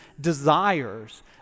desires